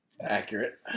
Accurate